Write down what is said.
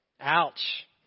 Ouch